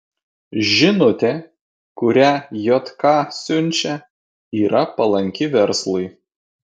žinutė kurią jk siunčia yra palanki verslui